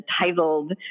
titled